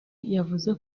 yavuze